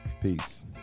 Peace